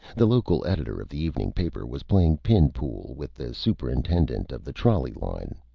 the local editor of the evening paper was playing pin-pool with the superintendent of the trolley line.